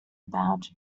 about